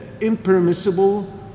impermissible